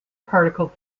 particle